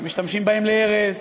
שמשתמשים בהם להרס,